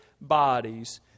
bodies